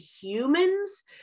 humans